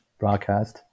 broadcast. (